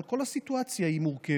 אבל כל הסיטואציה היא מורכבת,